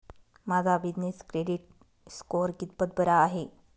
माझा business credit score कितपत बरा आहे?